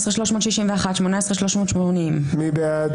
18,041 עד 18,060. מי בעד?